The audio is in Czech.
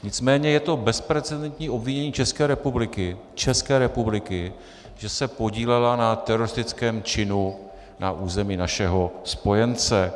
Nicméně je to bezprecedentní obvinění České republiky České republiky , že se podílela na teroristickém činu na území našeho spojence.